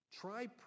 Try